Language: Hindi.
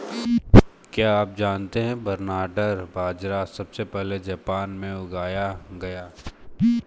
क्या आप जानते है बरनार्ड बाजरा सबसे पहले जापान में उगाया गया